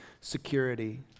security